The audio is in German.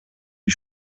wie